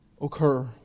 occur